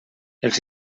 els